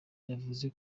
yavuze